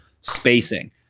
spacing